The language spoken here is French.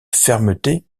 fermeté